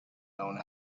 own